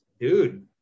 Dude